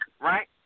right